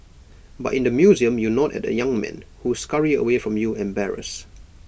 but in the museum you nod at the young men who scurry away from you embarrassed